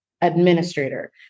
administrator